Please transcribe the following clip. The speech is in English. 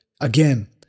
Again